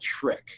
trick